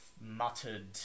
muttered